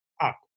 up